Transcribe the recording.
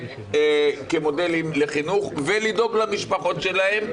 כמודלים לחינוך ולדאוג למשפחות שלהם,